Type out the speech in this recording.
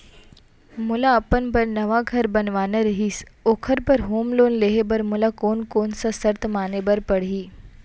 मोला अपन बर नवा घर बनवाना रहिस ओखर बर होम लोन लेहे बर मोला कोन कोन सा शर्त माने बर पड़ही?